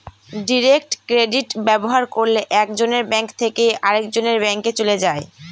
direct credit ব্যবহার করলে এক জনের ব্যাঙ্ক থেকে আরেকজনের ব্যাঙ্কে চলে যায়